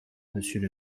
monsieur